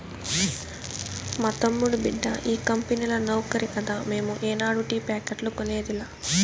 మా తమ్ముడి బిడ్డ ఈ కంపెనీల నౌకరి కదా మేము ఏనాడు టీ ప్యాకెట్లు కొనేదిలా